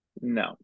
no